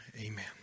amen